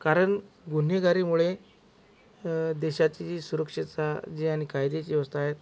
कारण गुन्हेगारीमुळे देशाची जी सुरक्षेचा जे आणि कायद्याची व्यवस्था आहेत